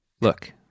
Look